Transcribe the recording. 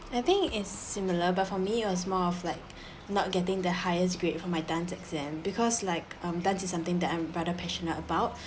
I think is similar but for me it was more of like not getting the highest grade for my dance exam because like um dance is something that I'm rather passionate about